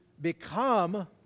become